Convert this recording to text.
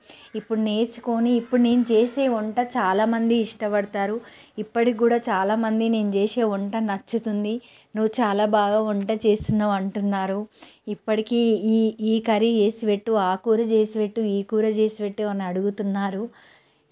ఇప్పుడు నేర్చుకుని ఇప్పుడు నేను చేసే వంట చాలామంది ఇష్టపడతారు ఇప్పటికి కూడా చాలా మంది నేను చేసే వంట నచ్చుతుంది నువ్వు చాలా బాగా వంట చేస్తున్నావు అంటున్నారు ఇప్పటికీ ఈ ఈ కర్రీ చేసిపెట్టు ఆ కూర చేసిపెట్టు ఈ కూర చేసిపెట్టు అని అడుగుతున్నారు